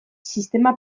sistema